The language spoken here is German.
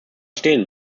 stehen